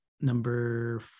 number